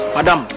Madam